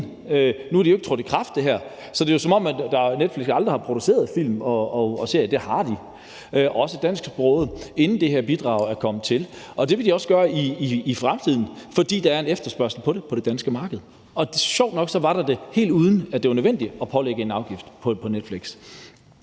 Nu er det her jo ikke trådt i kraft, så det er, som om Netflix aldrig har produceret film og serier, men det har de, også dansksprogede, inden det her bidrag er kommet til. Og det vil de også gøre i fremtiden, fordi der er en efterspørgsel på det på det danske marked. Og sjovt nok var der det, helt uden at det var nødvendigt at pålægge Netflix